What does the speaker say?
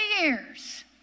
years